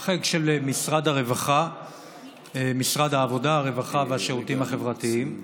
בחלק של משרד העבודה, הרווחה והשירותים החברתיים,